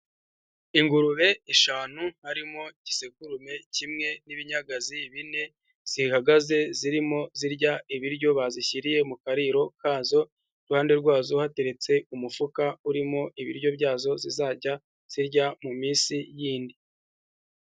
Ingurube eshanu, harimo igisekurume kimwe n'ibinyagazi bine, zihagaze zirimo zirya ibiryo bazishyiriye mu kariro kazo. Iruhande rwazo hateretse umufuka urimo ibiryo byazo zizajya zijya mu minsi yindi.